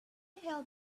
help